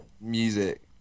music